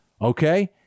okay